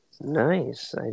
nice